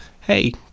hey